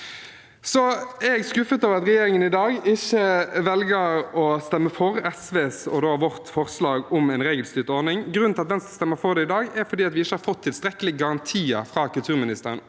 likevel skuffet over at regjeringen i dag ikke velger å stemme for SV og Venstres forslag om en regelstyrt ordning. Grunnen til at Venstre støtter det i dag, er at vi ikke har fått tilstrekkelige garantier fra kulturministeren